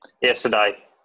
Yesterday